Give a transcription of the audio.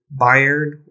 Bayern